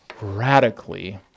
radically